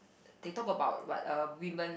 they talk about what err women